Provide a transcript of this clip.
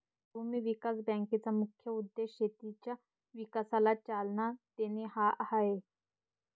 भूमी विकास बँकेचा मुख्य उद्देश शेतीच्या विकासाला चालना देणे हा आहे